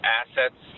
assets